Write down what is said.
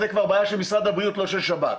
זאת כבר בעיה של משרד הבריאות, לא של שב"כ.